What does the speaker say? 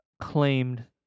claimed